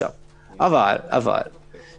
אבל יכול